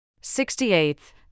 Sixty-eighth